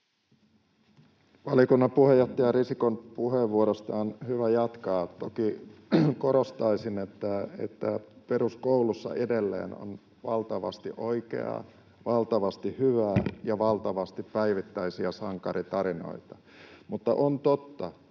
Valiokunnan puheenjohtaja Risikon puheenvuorosta on hyvä jatkaa. Toki korostaisin, että peruskoulussa edelleen on valtavasti oikeaa, valtavasti hyvää ja valtavasti päivittäisiä sankaritarinoita. Mutta on totta,